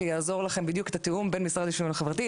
על מנת לעזור לכם בתיאום בדיוק בין משרד לשוויון חברתי,